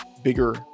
bigger